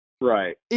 Right